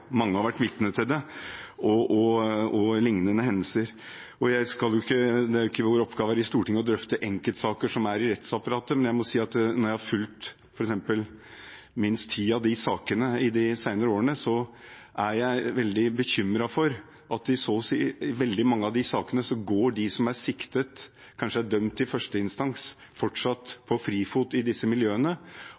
mange har vært vitne til det, og lignende hendelser. Det er jo ikke vår oppgave her i Stortinget å drøfte enkeltsaker som er i rettsapparatet, men jeg må si at når jeg f.eks. har fulgt minst ti av de sakene de senere årene, har jeg blitt veldig bekymret, for i veldig mange av de sakene er de som er siktet, og som kanskje er dømt i første instans, fortsatt på frifot i disse miljøene.